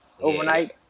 overnight